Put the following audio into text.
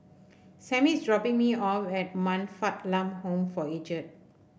Samie is dropping me off at Man Fatt Lam Home for Aged